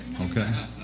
okay